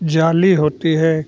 जाली होती है